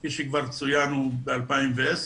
כפי שכבר צוין, היה ב-2010.